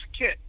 kit